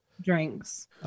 drinks